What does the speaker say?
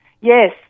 Yes